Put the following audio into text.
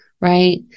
right